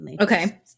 Okay